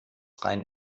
rein